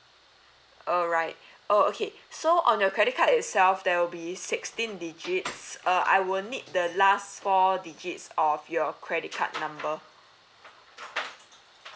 alright oh okay so on your credit card itself there will be sixteen digits uh I will need the last four digits of your credit card number